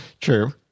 True